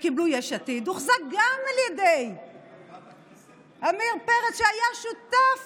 שקיבלו יש עתיד, הוחזק על ידי עמיר פרץ, שהיה שותף